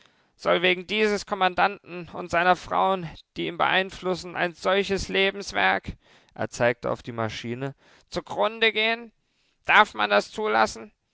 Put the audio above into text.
soll wegen dieses kommandanten und seiner frauen die ihn beeinflussen ein solches lebenswerk er zeigte auf die maschine zugrunde gehen darf man das zulassen